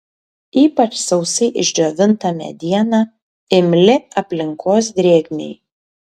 ypač sausai išdžiovinta mediena imli aplinkos drėgmei